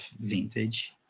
vintage